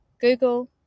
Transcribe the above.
Google